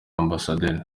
amb